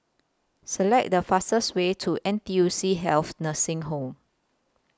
Select The fastest Way to N T U C Health Nursing Home